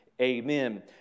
Amen